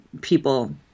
people